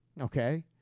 Okay